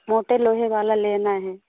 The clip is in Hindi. मोटा लोहे वाला लेना है